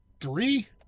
three